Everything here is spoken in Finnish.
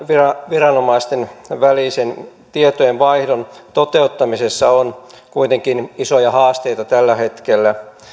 viranomaisten välisen tietojenvaihdon toteuttamisessa on isoja haasteita tällä hetkellä